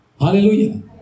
Hallelujah